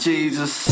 Jesus